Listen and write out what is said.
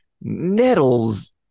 Nettles